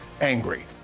angry